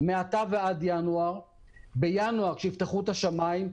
מעתה ועד ינואר עד שיפתחו את השמים,